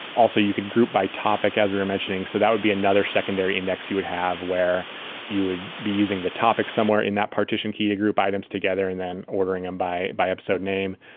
also, you could group by topic as we were mentioning. so that would be another secondary index you would have where you would be using the topic somewhere in that partition key to group items together and then ordering them by by episode name.